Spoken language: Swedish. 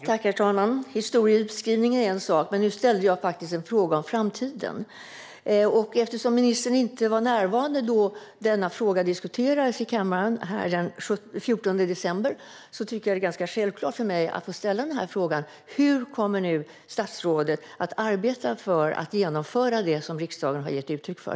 Herr talman! Historieskrivningen är en sak, men nu ställde jag en fråga om framtiden. Eftersom ministern inte var närvarande när denna fråga diskuterades i kammaren den 14 december är det självklart för mig att få ställa frågan: Hur kommer nu statsrådet att arbeta för att genomföra det som riksdagen har gett uttryck för?